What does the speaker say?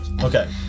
Okay